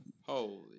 Holy